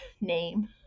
name